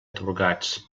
atorgats